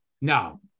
No